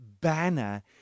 banner